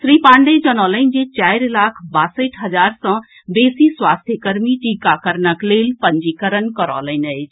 श्री पाण्डेय जनौलनि जे चारि लाख बासठि हजार सँ बेसी स्वास्थ्यकर्मी टीकाकरणक लेल पंजीकरण करौलनि अछि